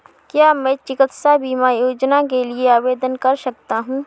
क्या मैं चिकित्सा बीमा योजना के लिए आवेदन कर सकता हूँ?